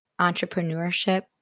entrepreneurship